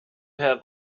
have